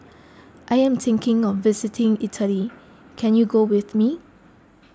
I am thinking of visiting Italy can you go with me